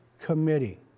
Committee